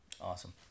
Awesome